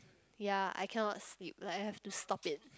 ya I cannot sleep like I have to stop it